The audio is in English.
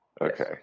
Okay